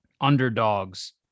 underdogs